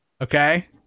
okay